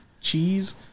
cheese